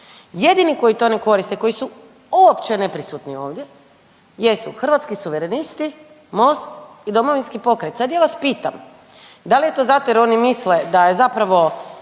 jedini koji to ne koriste, koji su uopće neprisutni ovdje jesu Hrvatski suverenisti, Most i Domovinski pokret. Sad ja vas pitam, dal je to zato da je zapravo